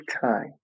time